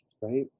right